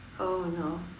oh no